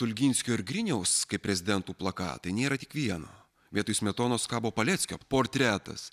stulginskio ir griniaus kaip prezidentų plakatai nėra tik vieno vietoj smetonos kabo paleckio portretas